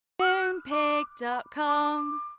Moonpig.com